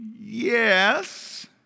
Yes